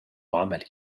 عملي